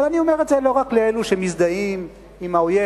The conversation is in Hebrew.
אבל אני אומר את זה לא רק לאלו שמזדהים עם האויב.